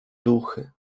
duchy